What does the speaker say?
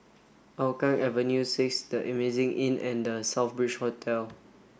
Hougang Avenue six The Amazing Inn and The Southbridge Hotel